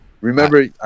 remember